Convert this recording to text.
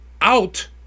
out